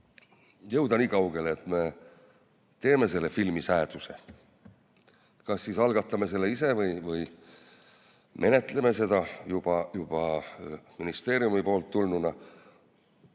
jõuda nii kaugele, et me teeme selle filmisääduse, kas siis algatame selle ise või menetleme seda juba ministeeriumist tulnuna.